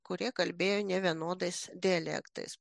kurie kalbėjo nevienodais dialektais